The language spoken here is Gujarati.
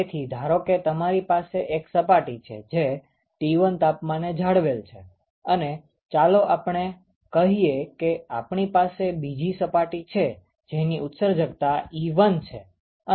તેથી ધારો કે તમારી પાસે એક સપાટી છે જે T1 તાપમાને જાળવેલ છે અને ચાલો આપણે કહીએ કે આપણી પાસે બીજી સપાટી છે જેની ઉત્સર્જકતા 𝜀1 છે